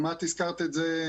גם את הזכרת את זה.